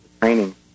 training